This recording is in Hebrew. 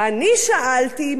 ואני שאלתי,